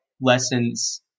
lessons